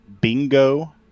Bingo